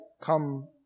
come